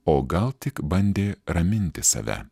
o gal tik bandė raminti save